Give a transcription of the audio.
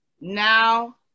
Now